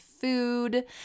food